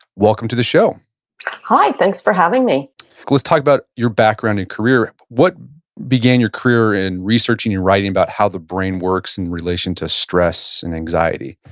welcome to the show hi, thanks for having me let's talk about your background and career. what began your career in researching and writing about how the brain works in relation to stress and anxiety?